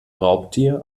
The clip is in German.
raubtier